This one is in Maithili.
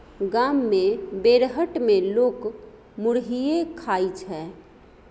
गाम मे बेरहट मे लोक मुरहीये खाइ छै